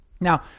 Now